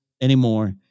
anymore